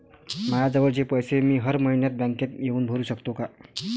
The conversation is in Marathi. मायाजवळचे पैसे मी हर मइन्यात बँकेत येऊन भरू सकतो का?